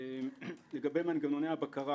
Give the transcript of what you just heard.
לגבי מנגנוני הבקרה